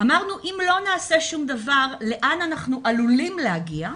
אמרנו שאם לא נעשה שום דבר לאן אנחנו עלולים להגיע,